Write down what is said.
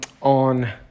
on